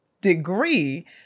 degree